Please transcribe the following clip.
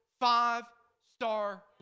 five-star